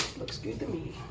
looks good to me.